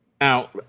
Now